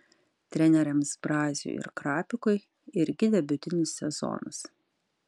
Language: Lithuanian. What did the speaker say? treneriams braziui ir krapikui irgi debiutinis sezonas